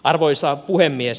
arvoisa puhemies